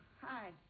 hi